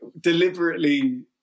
deliberately